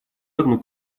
одну